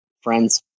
friend's